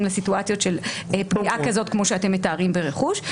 לסיטואציות של פגיעה כזאת כמו שאתם מתארים ברכוש.